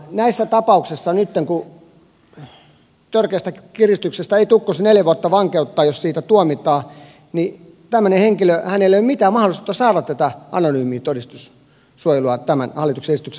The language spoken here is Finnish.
näissä tapauksissa nytten kun törkeästä kiristyksestä ei tule kuin se neljä vuotta vankeutta jos siitä tuomitaan tämmöisellä henkilöllä ei ole mitään mahdollisuutta saada tätä anonyymiä todistajansuojelua tämän hallituksen esityksen mukaan